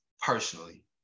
personally